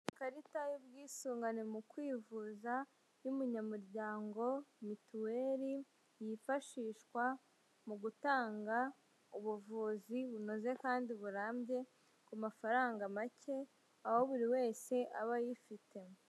Ikarita y'ubwisungane mu kwivuza, y'umunyamuryango mituweli yifashishwa mu gutanga ubuvuzi bunoze kandi burambye ku mafaranga make, aho buri wese aba ayifite.